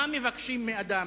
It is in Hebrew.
מה מבקשים מאדם?